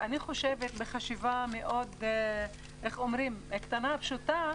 אני חושבת, בחשיבה קטנה ופשוטה,